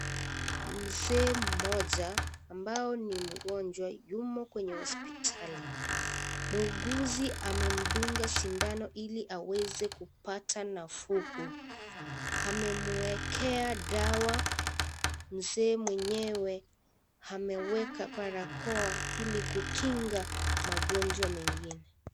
Mzee mmoja ambao ni mgonjwa yumo kwenye hospitali. Muuguzi amemdunga sindano Ili aweze kupata nafuu. Amemwekea dawa. Mzee mwenyewe ameweka barakoa Ili kukinga magonjwa mengine.